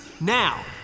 Now